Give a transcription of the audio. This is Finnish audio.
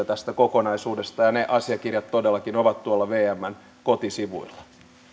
tästä kokonaisuudesta ja ne asiakirjat todellakin ovat tuolla vmn kotisivuilla